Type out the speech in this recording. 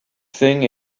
thing